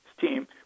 team